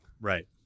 Right